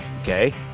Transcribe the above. okay